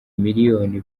miliyoni